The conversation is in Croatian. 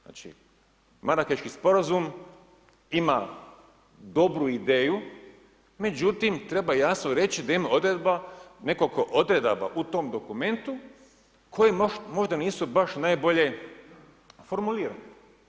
Znači, Marakeški Sporazum ima dobru ideju, međutim, treba jasno reći da ima odredba, nekoliko odredaba u tom dokumentu koje možda nisu baš najbolje formulirane.